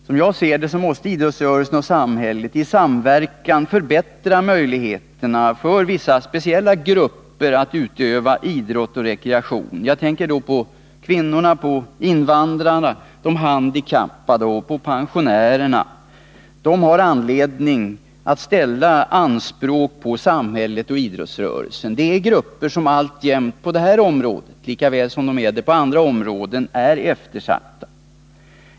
Som jag ser det måste idrottsrörelsen och samhället i samverkan förbättra möjligheterna för vissa grupper att utöva idrott och rekreation. Jag tänker på kvinnorna, invandrarna, de handikappade och pensionärerna. De har anledning att ställa anspråk på samhället och idrottsrörelsen. Det är grupper som på detta område likaväl som på andra alltjämt är eftersatta.